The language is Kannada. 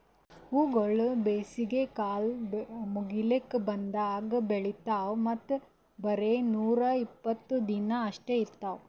ಹೂವುಗೊಳ್ ಬೇಸಿಗೆ ಕಾಲ ಮುಗಿಲುಕ್ ಬಂದಂಗ್ ಬೆಳಿತಾವ್ ಮತ್ತ ಬರೇ ನೂರಾ ಇಪ್ಪತ್ತು ದಿನ ಅಷ್ಟೆ ಇರ್ತಾವ್